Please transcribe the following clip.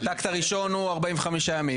הטקט הראשון הוא 45 ימים,